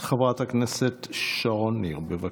חברת הכנסת שרון ניר, בבקשה.